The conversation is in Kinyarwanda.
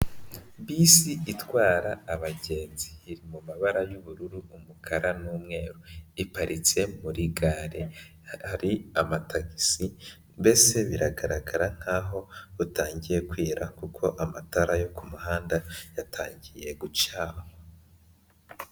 Bisi itwara abagenzi iri mu mabara y'ubururu, umukara n'umweru iparitse muri gare hari amatagisi, mbese biragaragara nk'aho butangiye kwira kuko amatara yo ku muhanda yatangiye gucanwa.